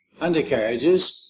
undercarriages